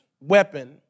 weapon